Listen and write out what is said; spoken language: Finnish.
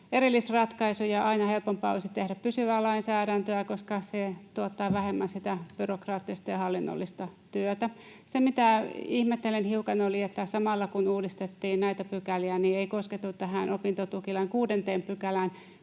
erillisratkaisu. Aina helpompaa olisi tehdä pysyvää lainsäädäntöä, koska se tuottaa vähemmän sitä byrokraattista ja hallinnollista työtä. Se, mitä ihmettelen hiukan, oli, että samalla kun uudistettiin näitä pykäliä, ei koskettu tähän opintotukilain 6 §:ään,